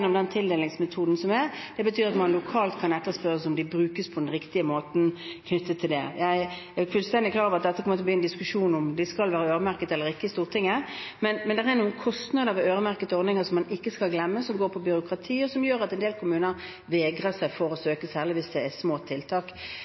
den tildelingsmetoden. Det betyr at man lokalt kan etterspørre om de brukes på den riktige måten. Jeg er fullstendig klar over at det kommer til å bli en diskusjon i Stortinget om de skal være øremerket eller ikke, men det er noen kostnader ved øremerkede ordninger som man ikke skal glemme, som går på byråkrati, og som gjør at en del kommuner vegrer seg for å søke, særlig hvis det er små tiltak.